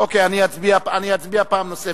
אוקיי, נצביע פעם נוספת,